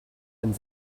and